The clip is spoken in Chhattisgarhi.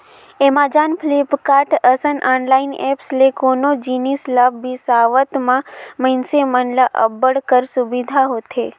एमाजॉन, फ्लिपकार्ट, असन ऑनलाईन ऐप्स ले कोनो जिनिस ल बिसावत म मइनसे मन ल अब्बड़ कर सुबिधा होथे